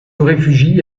réfugie